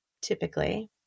typically